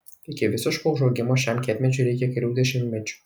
iki visiško užaugimo šiam kietmedžiui reikia kelių dešimtmečių